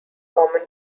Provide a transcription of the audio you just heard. common